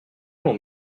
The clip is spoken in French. mon